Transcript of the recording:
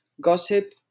Gossip